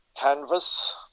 canvas